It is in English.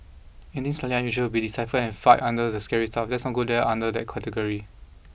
anything slightly unusual will be deciphered and filed under the scary stuff let's not go there category